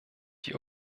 die